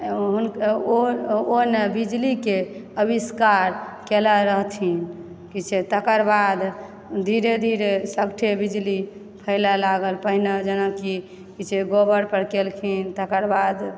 ओ ने ओ ने बिजली के अविष्कार कयने रहथिन किछु तकर बाद धीरे धीरे सभठे बिजली फैलऽ लागल पहिने जेनाकि किछु गोबर पर केलखिन तकर बाद